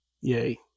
yay